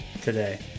today